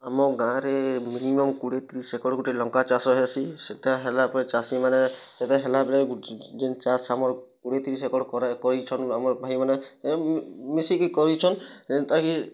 ଆମ ଗାଁ ରେ ମିନିମମ୍ କୋଡ଼ିଏ ତିରିଶି ଏକର ଗୁଟେ ଲଙ୍କା ଚାଷ ହେସି ସେଇଟା ହେଲା ପରେ ଚାଷୀ ମାନେ ସେଇଟା ହେଲା ପରେ ଯେନ୍ ଚାଷ ଆମର କୋଡ଼ିଏ ତିରିଶ୍ ଏକର୍ କରିଛନ୍ ଆମର ଭାଇ ମାନେ ଏ ମିଶିକି କରିଛନ୍ ଯେନ୍ତା କି